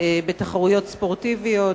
בתחרויות ספורטיביות,